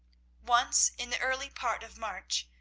once in the early part of march,